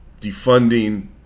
defunding